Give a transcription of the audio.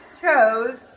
chose